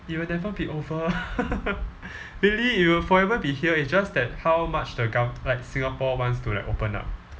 it will never be over really it will forever be here it's just that how much the gov~ like singapore wants to like open up